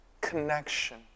connection